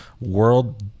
world